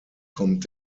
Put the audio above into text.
kommt